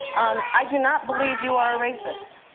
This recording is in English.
um i do not believe you are a racist.